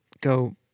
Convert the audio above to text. go